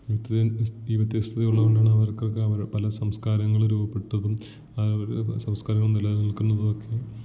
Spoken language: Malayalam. ഈ വ്യത്യസ്തത ഉള്ളത് കൊണ്ടാണ് അവർക്കൊക്കെ അവരുടെ പല സംസ്കാരങ്ങള് രൂപപ്പെട്ടതും അവര് സംസ്കാരങ്ങള് നിലനില്ക്കുന്നതുവൊക്കെ